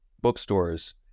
bookstores